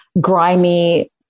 grimy